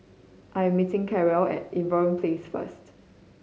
I am meeting Carroll at Irving Place first